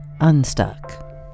unstuck